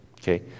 Okay